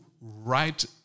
write